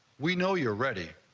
we know you're ready.